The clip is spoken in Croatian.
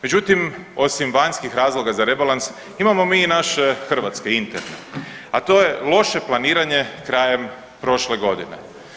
Međutim, osim vanjskih razloga za rebalans imamo mi i naše hrvatske interne, a to je loše planiranje krajem prošle godine.